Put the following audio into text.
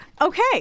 Okay